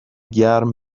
گرم